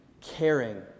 Caring